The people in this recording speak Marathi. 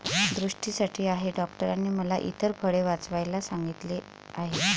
दृष्टीसाठी आहे डॉक्टरांनी मला इतर फळे वाचवायला सांगितले आहे